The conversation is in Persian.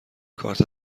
کارت